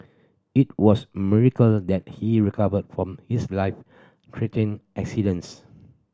it was a miracle that he recovered from his life threatening accidents